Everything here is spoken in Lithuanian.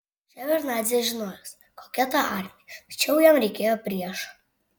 ševardnadzė žinojęs kokia ta armija tačiau jam reikėjo priešo